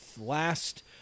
last